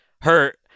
Hurt